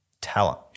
talent